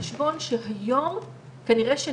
הקרינה היא בכמות קטנה שהיא ניתנת מעל גיל 40 היא ככל הנראה לא